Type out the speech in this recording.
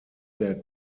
der